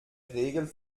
regel